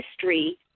history